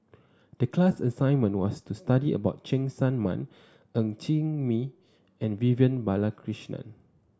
the class assignment was to study about Cheng Tsang Man Ng Chee Meng and Vivian Balakrishnan